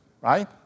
right